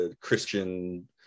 Christian